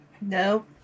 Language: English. No